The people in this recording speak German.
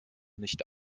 nicht